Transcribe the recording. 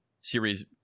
series